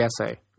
essay